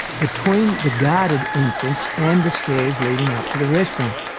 between the guarded entrance, and the stairs leading up to the restaurant.